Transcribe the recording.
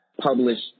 published